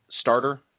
starter